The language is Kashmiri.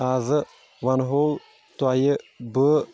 آزٕ ونہٕ ہو تۄہہِ بہٕ